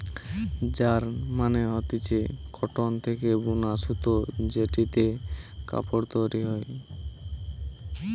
yarn মানে হতিছে cotton থেকে বুনা সুতো জেটিতে কাপড় তৈরী হয়